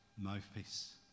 mouthpiece